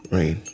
Rain